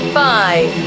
five